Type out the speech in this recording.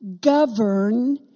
govern